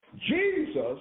Jesus